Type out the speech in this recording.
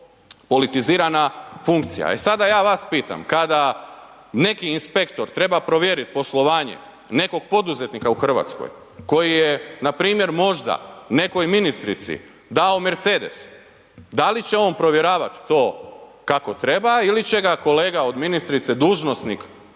politizirana funkcija. E sada ja vas pitam kada neki inspektor treba provjeriti poslovanje nekog poduzetnika u Hrvatskoj koji je npr. možda nekoj ministrici dao Mercedes da li će on provjeravati to kako treba ili će ga kolega od ministrice, dužnosnik